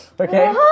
Okay